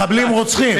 מחבלים, רוצחים.